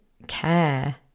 Care